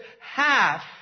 half